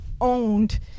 owned